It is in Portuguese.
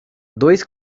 dois